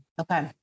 Okay